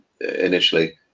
initially